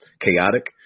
chaotic